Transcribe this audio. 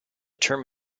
term